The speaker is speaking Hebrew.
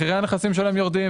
מחירי הנכסים שלהם יורדים.